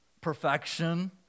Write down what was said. perfection